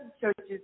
churches